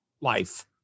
life